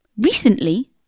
Recently